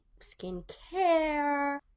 skincare